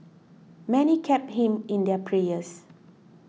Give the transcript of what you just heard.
many kept him in their prayers